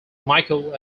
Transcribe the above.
michael